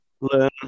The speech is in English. learn